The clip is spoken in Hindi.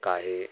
का ही